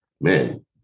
man